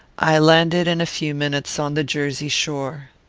i landed in a few minutes on the jersey shore.